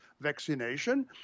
vaccination